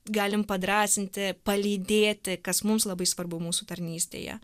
galim padrąsinti palydėti kas mums labai svarbu mūsų tarnystėje